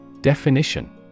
Definition